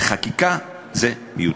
אבל בחקיקה זה מיותר.